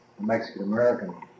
Mexican-American